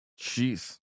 Jeez